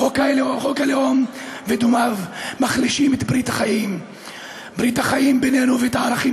חוק הלאום ודומיו מחלישים את ברית החיים בינינו ואת הערכים